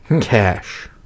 cash